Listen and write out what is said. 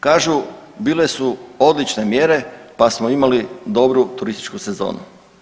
Kažu, bile su odlične mjere pa smo imali dobru turističku sezonu.